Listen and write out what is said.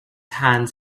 hands